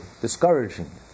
discouraging